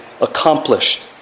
accomplished